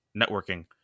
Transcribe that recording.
networking